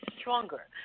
stronger